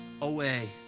away